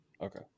Okay